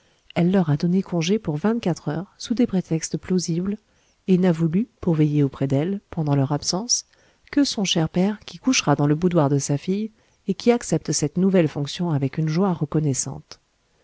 elle leur a donné congé pour vingt-quatre heures sous des prétextes plausibles et n'a voulu pour veiller auprès d'elle pendant leur absence que son cher père qui couchera dans le boudoir de sa fille et qui accepte cette nouvelle fonction avec une joie reconnaissante